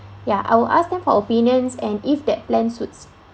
ya I will ask them for opinions and if that plan suits